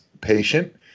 patient